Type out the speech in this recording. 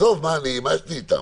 מה יש לי איתם?